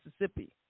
Mississippi